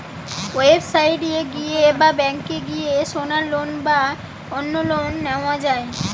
website এ গিয়ে বা ব্যাংকে গিয়ে সোনার লোন বা অন্য লোন নেওয়া যায়